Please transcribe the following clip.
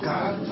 God